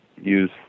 use